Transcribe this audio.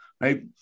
right